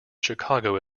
chicago